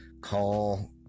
call